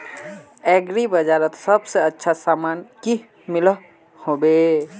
Agri बजारोत सबसे अच्छा सामान की मिलोहो होबे?